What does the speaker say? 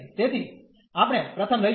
તેથી આપણે પ્રથમ લઈશું